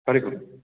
बरें करून